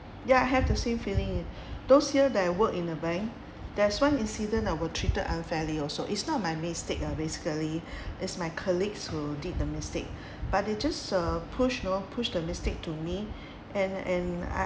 ya I have the same feeling it those here that I work in a bank there's one incident I were treated unfairly also it's not my mistake ah basically is my colleagues who did the mistake but it just a push you know push the mistake to me and and I